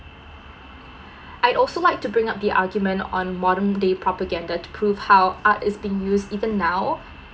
I also like to bring up the argument on modern day propaganda to prove how art is being used even now